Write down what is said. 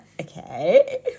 Okay